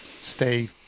stay